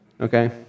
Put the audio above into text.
Okay